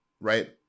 right